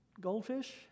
goldfish